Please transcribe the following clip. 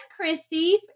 Christy